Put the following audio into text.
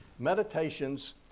Meditations